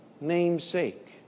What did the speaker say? namesake